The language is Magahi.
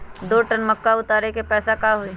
दो टन मक्का उतारे के पैसा का होई?